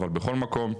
אבל בכל מקום,